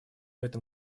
этом